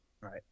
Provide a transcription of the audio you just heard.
right